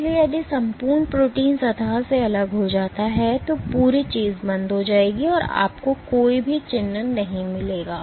इसलिए यदि संपूर्ण प्रोटीन सतह से अलग हो जाता है तो पूरी चीज बंद हो जाएगी और आपको कोई चिह्न नहीं मिलेगा